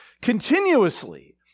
continuously